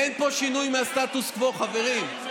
אין פה שינוי של הסטטוס קוו, חברים.